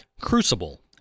Crucible